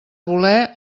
voler